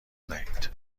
دهید